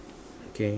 okay